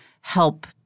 help